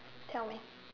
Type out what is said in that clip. tell me